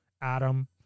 Adam